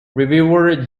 reviewer